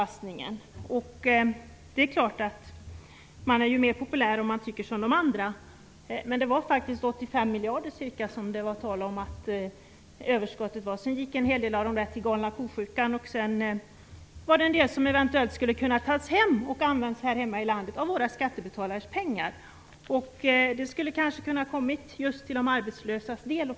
Självfallet är man mer populär om man tycker som de andra, men det var faktiskt tal om ett överskott på ca 85 miljarder kronor. En hel del av dessa pengar gick sedan till "galna ko-sjukan", men en hel del hade eventuellt kunnat tas hem och använts här i landet. Detta är ju våra skattebetalares pengar, och de kanske skulle kunna ha kommit just till de arbetslösas del.